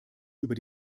über